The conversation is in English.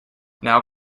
now